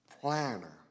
planner